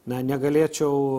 na negalėčiau